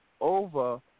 over